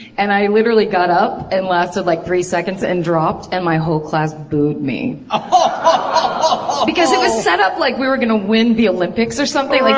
and i literally got up, and lasted like three seconds and dropped. and my whole class booed me. ohhhh! because it was set up like we were gonna win the olympics or something. like